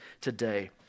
today